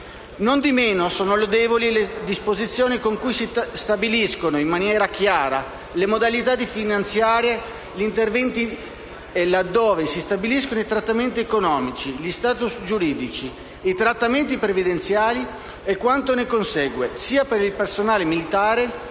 Non di meno, sono lodevoli le disposizioni con cui si stabiliscono in maniera chiara le modalità di finanziare gli interventi e con cui si stabiliscono i trattamenti economici, gli *status* giuridici, i trattamenti previdenziali e quanto ne consegue, per il personale